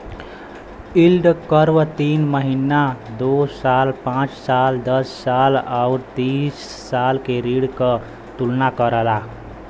yield curve तीन महीना, दो साल, पांच साल, दस साल आउर तीस साल के ऋण क तुलना करला